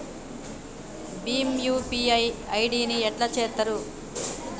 Bhim UPI ID ని ఎట్లా చేత్తరు?